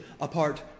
apart